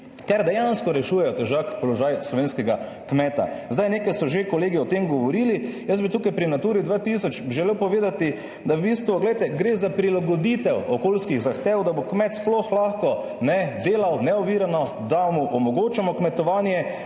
ker dejansko rešujejo težak položaj slovenskega kmeta. Nekaj so že kolegi o tem govorili. Jaz bi tukaj pri Naturi 2000 želel povedati, da v bistvu, glejte, gre za prilagoditev okoljskih zahtev, da bo kmet sploh lahko delal neovirano, da mu omogočamo kmetovanje